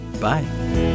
Bye